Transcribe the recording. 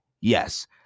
Yes